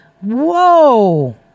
Whoa